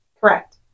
correct